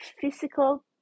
physical